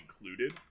included